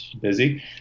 busy